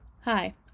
Hi